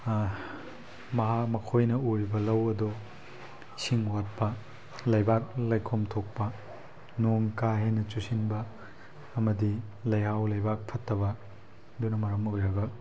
ꯃꯍꯥꯛ ꯃꯈꯣꯏꯅ ꯎꯔꯤꯕ ꯂꯧ ꯑꯗꯣ ꯏꯁꯤꯡ ꯋꯥꯠꯄ ꯂꯩꯕꯥꯛ ꯂꯩꯈꯣꯝ ꯊꯣꯛꯄ ꯅꯣꯡ ꯀꯥ ꯍꯦꯟꯅ ꯆꯨꯁꯤꯟꯕ ꯑꯃꯗꯤ ꯂꯩꯍꯥꯎ ꯂꯩꯕꯥꯛ ꯐꯠꯇꯕ ꯑꯗꯨꯅ ꯃꯔꯝ ꯑꯣꯏꯔꯒ